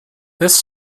this